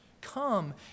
Come